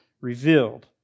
revealed